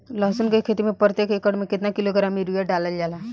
लहसुन के खेती में प्रतेक एकड़ में केतना किलोग्राम यूरिया डालल जाला?